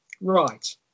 right